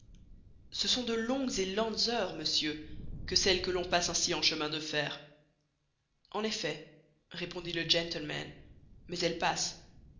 ce sont de longues et lentes heures monsieur que celles que l'on passe ainsi en chemin de fer en effet répondit le gentleman mais elles passent